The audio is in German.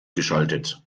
geschaltet